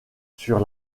sur